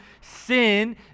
sin